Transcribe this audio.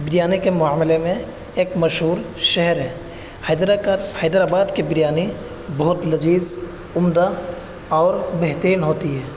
بریانی کے معاملے میں ایک مشہور شہر ہے حیدرا کا حیدر آباد کی بریانی بہت لذیذ عمدہ اور بہترین ہوتی ہے